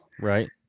Right